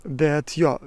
bet jo